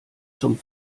zum